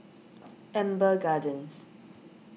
Amber Gardens